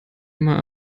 immer